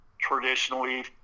traditionally –